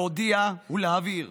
להודיע ולהבהיר